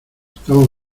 estamos